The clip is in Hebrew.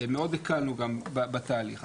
מאוד הקלנו גם בתהליך.